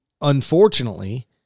unfortunately